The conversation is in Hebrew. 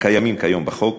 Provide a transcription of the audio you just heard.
הקיימים כיום בחוק,